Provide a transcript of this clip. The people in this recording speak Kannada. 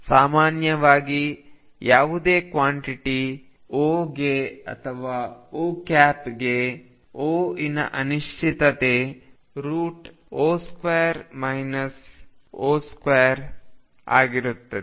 ಸಾಮಾನ್ಯವಾಗಿ ಯಾವುದೇ ಕ್ವಾಂಟಿಟಿ Oಗೆ ಅಥವಾ Oಗೆ Oಇನ ಅನಿಶ್ಚಿತತೆ ⟨O2⟩ ⟨O⟩2 ಆಗಿರುತ್ತದೆ